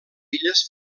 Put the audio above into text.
illes